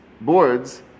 boards